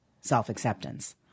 self-acceptance